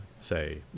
say